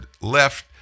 left